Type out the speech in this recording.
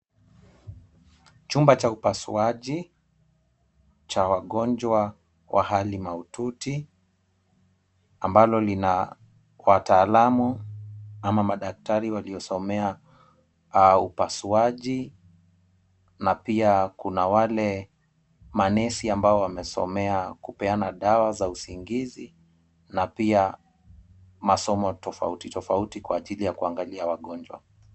Chumba cha upasuaji cha wagonjwa wa hali mahututi ambalo lina wataalamu au madaktari waliosomea upasuaji na pia kuna wale manesi ambao wamesomea kupeana dawa za usingizi na pia masomo tofauti tofauti kwa ajili ya kuangalia wagonjwa.